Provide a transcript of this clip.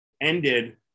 ended